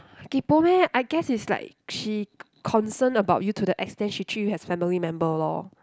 kaypoh meh I guess it's like she concerned about you to the extent she treat you as family member lor